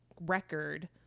record